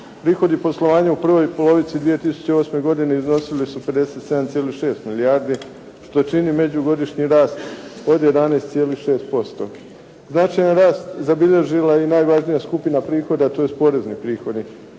Prihodi poslovanja u prvoj polovici 2008. godine iznosili su 57,6 milijardi što čini međugodišnji rast od 11,6%. Značajan rast zabilježila je i najvažnija skupina prihoda tj. porezni prihodi.